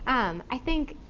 and i think,